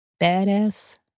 badass